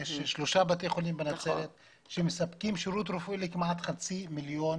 בנצרת יש שלושה בתי חולים שמספקים שירות רפואי כמעט לחצי מיליון